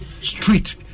Street